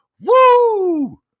Woo